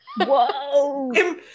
Whoa